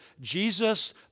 Jesus